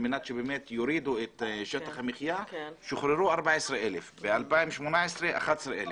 על מנת שבאמת יורידו את שטח המחיה שוחררו 14,000. ב-2018 11,000,